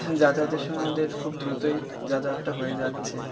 যাতাত সময় আমাদের খুব দ্রুতই যাতায়াতটা হয়ে যাচ্ছে